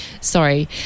sorry